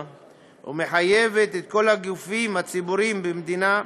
ומחייבת את כל הגופים הציבוריים במדינה,